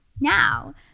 Now